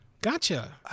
gotcha